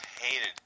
hated